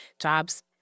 Jobs